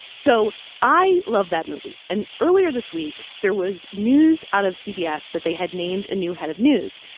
so i love that movie and earlier this week, there was news out of cbs that they had named a new head of news.